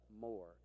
more